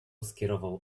skierował